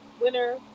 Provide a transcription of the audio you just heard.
winner